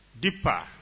Deeper